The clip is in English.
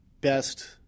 best